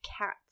Cats